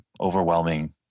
overwhelming